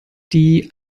die